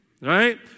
Right